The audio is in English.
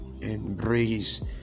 Embrace